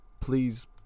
please